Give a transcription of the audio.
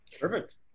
perfect